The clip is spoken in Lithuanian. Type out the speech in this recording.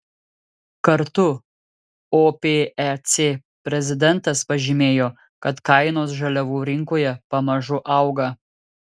kartu opec prezidentas pažymėjo kad kainos žaliavų rinkoje pamažu auga